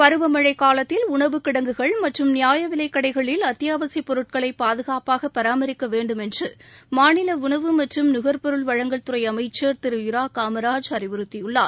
பருவ மழை காலத்தில் உணவு கிடங்குகள் மற்றும் நியாய விலைக் கடைகளில் அத்தியாவசியப் பொருட்களை பாதுகாப்பாக பராமரிக்க வேண்டும் என்று மாநில உணவு மற்றும் நுகர்பொருள் வழங்கல் துறை அமைச்சர் திரு இரா காமராஜ் அறிவுறுத்தியுள்ளார்